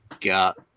got